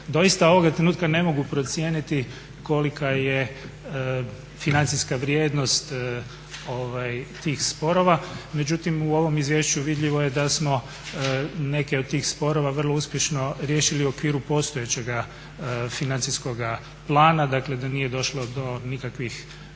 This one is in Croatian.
Doista ovoga trenutka ne mogu procijeniti kolika je financijska vrijednost tih sporova, međutim u ovom izvješću vidljivo je da smo neke od tih sporova vrlo uspješno riješili u okviru postojeća financijskog plana, dakle da nije došlo do nikakvih